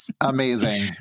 Amazing